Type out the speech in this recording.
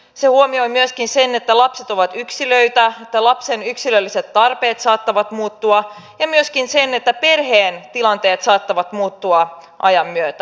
se huomioi myöskin sen että lapset ovat yksilöitä että lapsen yksilölliset tarpeet saattavat muuttua ja myöskin sen että perheen tilanteet saattavat muuttua ajan myötä